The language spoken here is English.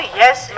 yes